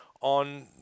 on